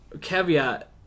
Caveat